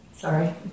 Sorry